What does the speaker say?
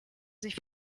sich